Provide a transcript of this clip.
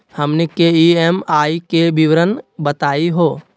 हमनी के ई.एम.आई के विवरण बताही हो?